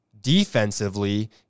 defensively